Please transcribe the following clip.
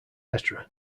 etc